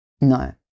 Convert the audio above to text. No